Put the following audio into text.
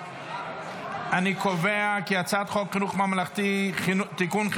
אני קובע כי הצעת חוק חינוך ממלכתי (תיקון,